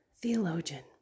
Theologian